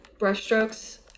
brushstrokes